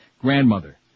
grandmother